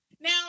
Now